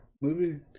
movie